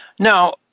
Now